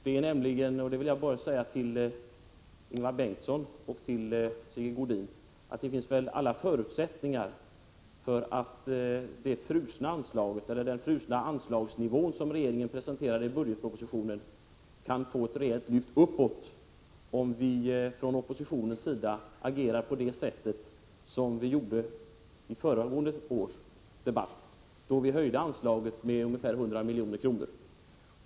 Jag vill säga till Ingvar Karlsson i Bengtsfors och till Sigge Godin att det finns alla förutsättningar för att den frysta anslagsnivån som regeringen presenterade i budgetpropositionen kan få ett rejält lyft uppåt, om vi från oppositionens sida agerar på det sätt som vi gjorde i föregående års debatt, då Prot. 1985/86:100 vi höjde anslaget med ungefär 100 milj.kr.